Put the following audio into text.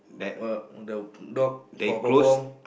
one the dog got perform